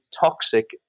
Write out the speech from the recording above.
toxic